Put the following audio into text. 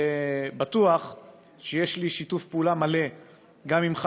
בטוח שיש לי שיתוף פעולה מלא גם ממך,